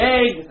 egg